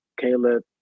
Caleb